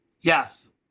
yes